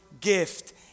gift